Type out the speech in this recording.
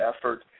effort